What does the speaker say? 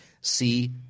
See